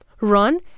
Run